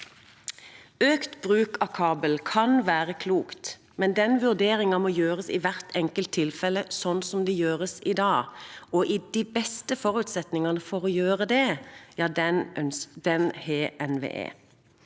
Økt bruk av kabel kan være klokt, men den vurderingen må gjøres i hvert enkelt tilfelle, sånn som det gjøres i dag, og de beste forutsetninger for å gjøre det har NVE.